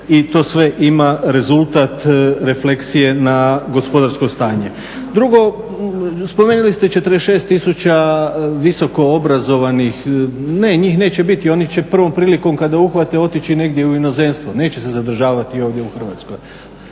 i to sve ima rezultat refleksije na gospodarsko stanje. Drugo, spomenuli ste 46 000 visoko obrazovnih. Ne, njih neće biti, oni će prvom prilikom kada uhvate otići negdje u inozemstvo, neće se zadržavati ovdje u Hrvatskoj,